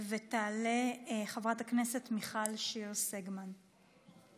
תעלה חברת הכנסת מיכל שיר סגמן.